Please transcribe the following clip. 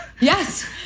Yes